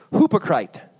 hypocrite